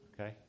Okay